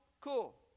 Cool